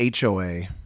HOA